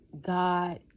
God